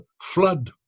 flood